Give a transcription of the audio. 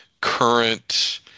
current